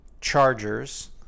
Chargers